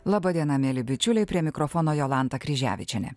laba diena mieli bičiuliai prie mikrofono jolanta kryževičienė